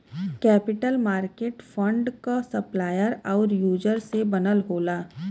capital market fund क supplier आउर user से बनल होला